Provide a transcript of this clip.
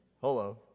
Hello